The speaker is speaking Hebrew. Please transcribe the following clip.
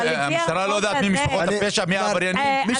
המשפחה לא יודעת מי משפחות הפשע, מי העבריינים, מי